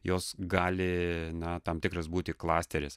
jos gali na tam tikras būti klasteris